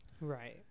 Right